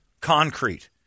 concrete